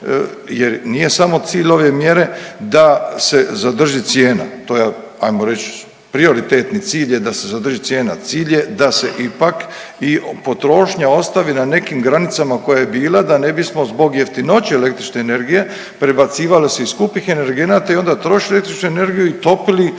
jer nije samo cilj ove mjere da se zadrži cijena. To je ajmo reći prioritetni cilj je da se zadrži cijena, cilj je da se ipak i potrošnja ostavi na nekim granicama koje je bila da ne bismo zbog jeftinoće električne energije prebacivali se iz skupih energenata i onda trošili električnu energiju i topili